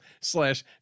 slash